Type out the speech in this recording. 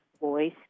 voice